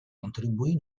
contribuì